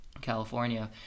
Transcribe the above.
California